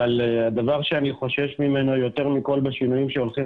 אבל הדבר שאני חושש ממנו יותר מכל בשינויים שהולכים